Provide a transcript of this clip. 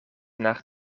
naar